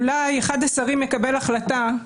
אולי אחד השרים יקבל החלטה,